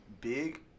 big